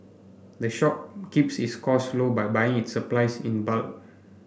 the shop keeps its costs low by buying its supplies in bulk